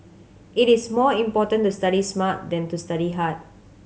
it is more important to study smart than to study hard